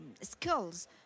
skills